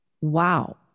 Wow